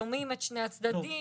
שומעים את שני הצדדים.